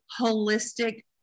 holistic